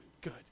Good